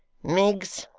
miggs,